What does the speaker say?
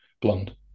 blonde